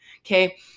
okay